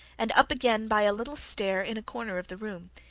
and up again by a little stair in a corner of the room,